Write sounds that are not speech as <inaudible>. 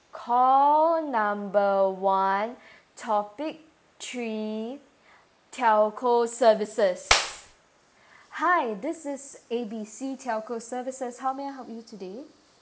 call number one <breath> topic three telco services hi this is A B C telco services how may I help you today